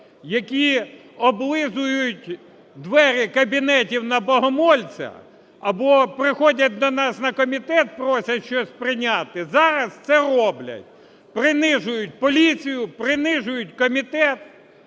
які облизують двері кабінетів на Богомольця, або приходять до нас на комітет просять щось прийняти, зараз це роблять. Принижують поліцію, принижують комітет